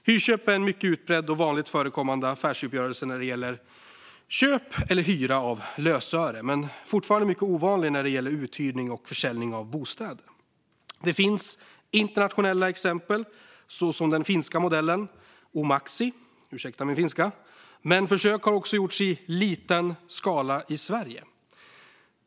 Hyrköp är en mycket utbredd och vanligt förekommande typ av affärsuppgörelse när det gäller köp eller hyra av lösöre, men den är fortfarande mycket ovanlig när det gäller uthyrning och försäljning av bostäder. Det finns internationella exempel, såsom den finländska modellen Omaksi - ursäkta min finska. Men försök har också gjorts i liten skala i Sverige.